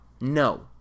No